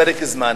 פרק זמן,